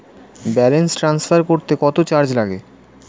Balance transfer করতে কত charge লাগে?